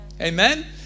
Amen